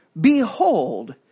behold